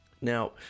Now